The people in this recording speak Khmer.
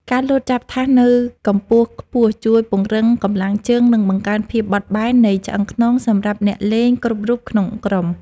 ការលោតចាប់ថាសនៅកម្ពស់ខ្ពស់ជួយពង្រឹងកម្លាំងជើង និងបង្កើនភាពបត់បែននៃឆ្អឹងខ្នងសម្រាប់អ្នកលេងគ្រប់រូបក្នុងក្រុម។